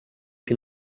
can